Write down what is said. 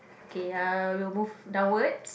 okay ya we will move downwards